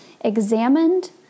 examined